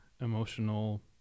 emotional